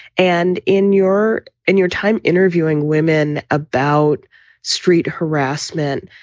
and in your in your time interviewing women about street harassment,